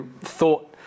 thought